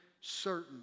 certain